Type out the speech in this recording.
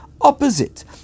opposite